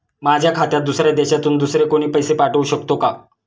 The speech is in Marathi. माझ्या खात्यात दुसऱ्या देशातून दुसरे कोणी पैसे पाठवू शकतो का?